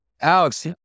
Alex